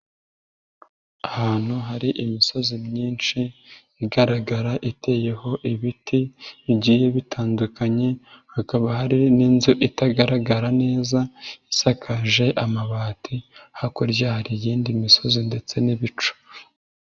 Ahantu hari imisozi myinshi igaragara iteyeho ibiti bigiye bitandukanye, hakaba hari n'inzu itagaragara neza isakaje amabati, hakurya hari iyindi misozi ndetse n'ibicu.